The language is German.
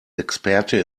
experte